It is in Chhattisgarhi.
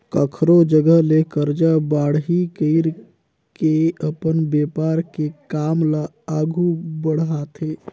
कखरो जघा ले करजा बाड़ही कइर के अपन बेपार के काम ल आघु बड़हाथे